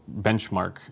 benchmark